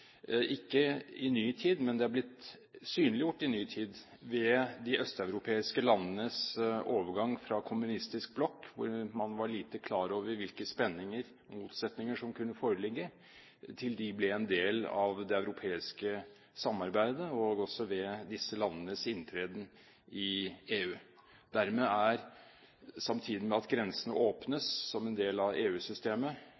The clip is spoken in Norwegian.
ikke kommet i ny tid, men det er blitt synliggjort i ny tid ved de østeuropeiske landenes overgang fra en kommunistisk blokk, hvor man var lite klar over hvilke spenninger/motsetninger som kunne foreligge, til de er blitt en del av det europeiske samarbeidet ved disse landenes inntreden i EU. Samtidig med at grensene